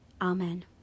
Amen